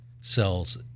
cells